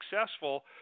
successful